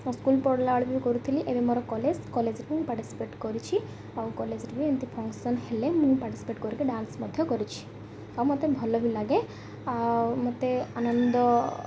school ପଢ଼ିଲା ବେଳେ ବି କରୁଥିଲି ଏବେ ମୋର କଲେଜ୍ କଲେଜ୍ରେ ବି ମୁଁ ପାର୍ଟିସିପେଟ୍ କରିଛି ଆଉ କଲେଜ୍ରେ ବି ଏମିତି ଫଙ୍କସନ୍ ହେଲେ ମୁଁ ପାର୍ଟିସିପେଟ୍ କରିକି ଡ଼୍ୟାନ୍ସ ମଧ୍ୟ କରିଛି ଆଉ ମୋତେ ଭଲ ବି ଲାଗେ ଆଉ ମୋତେ ଆନନ୍ଦ